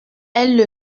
elle